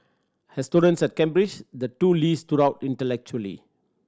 as students at Cambridge the two Lees stood out intellectually